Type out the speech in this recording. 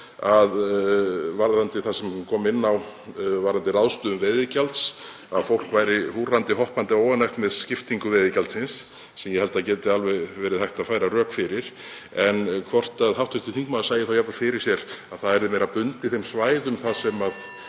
varðandi það sem hún kom inn á um ráðstöfun veiðigjalds, að fólk væri húrrandi hoppandi óánægt með skiptingu veiðigjaldsins sem ég held að gæti alveg verið hægt að færa rök fyrir. En hvort hv. þingmaður sæi þá jafnvel fyrir sér að það yrði meira bundið þeim svæðum (Forseti